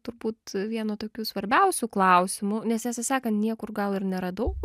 turbūt vieno tokių svarbiausių klausimų nes tiesą sakant niekur gal ir neradau